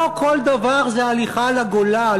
לא כל דבר זה הליכה לגולה,